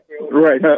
Right